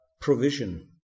provision